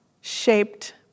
shaped